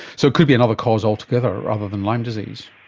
so it could be another cause altogether other than lyme disease.